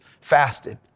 fasted